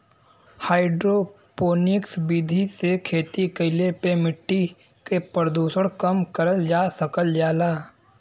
hydroponics विधि से खेती कईले पे मट्टी के प्रदूषण कम करल जा सकल जाला